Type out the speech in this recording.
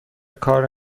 کار